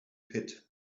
pit